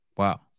Wow